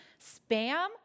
Spam